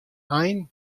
ein